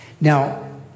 Now